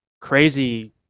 crazy